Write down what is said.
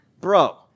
Bro